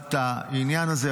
לטובת העניין הזה.